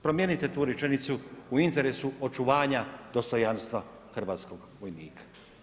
Promijenite tu rečenicu u interesu očuvanja dostojanstva hrvatskog vojnika.